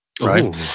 right